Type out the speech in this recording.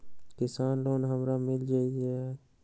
किसान लोन हमरा मिल जायत?